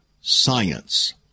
Science